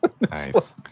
Nice